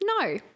No